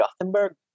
Gothenburg